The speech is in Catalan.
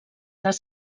les